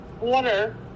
water